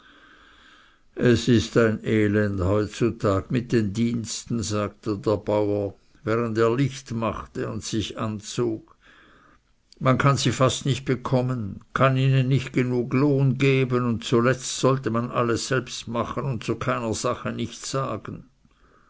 es ist ein elend heutzutag mit den diensten sagte der bauer während er licht machte und sich anzog man kann sie fast nicht bekommen kann ihnen nicht lohn genug geben und zuletzt sollte man alles selbst machen und zu keiner sache nichts sagen